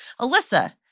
Alyssa